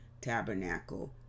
Tabernacle